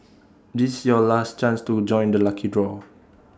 this's your last chance to join the lucky draw